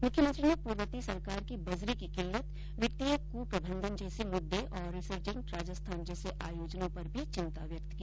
मुख्यमंत्री ने पूर्ववर्ती सरकार की बजरी की किल्लत वित्तीय कृप्रबंधन जैसे मुद्दे और रिसर्जेट राजस्थान जैसे आयोजनों पर भी चिंता व्यक्त की